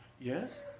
Yes